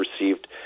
received